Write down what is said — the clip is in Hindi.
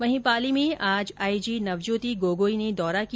वहीं पाली मे आज आईजी नवज्योति गोगोई ने दौरा किया